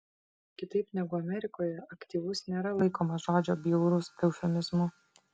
kitaip negu amerikoje aktyvus nėra laikomas žodžio bjaurus eufemizmu